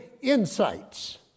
insights